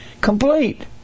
complete